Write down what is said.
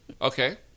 Okay